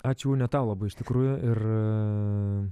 ačiū une tau labai iš tikrųjų ir